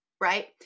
right